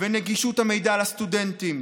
ונגישות המידע לסטודנטים